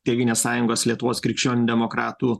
tėvynės sąjungos lietuvos krikščionių demokratų